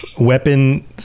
weapon